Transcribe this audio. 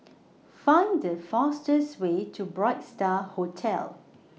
Find The fastest Way to Bright STAR Hotel